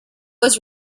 was